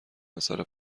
اثر